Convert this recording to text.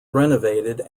renovated